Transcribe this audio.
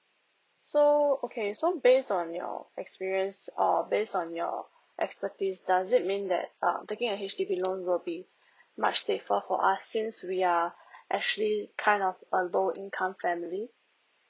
so okay so based on your experience err based on your expertise does it mean that uh taking a H_D_B loan will be much safer for us since we are actually kind of a low income family